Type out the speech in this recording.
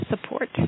support